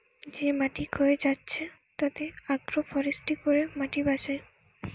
যে মাটি ক্ষয়ে যাচ্ছে তাতে আগ্রো ফরেষ্ট্রী করে মাটি বাঁচায়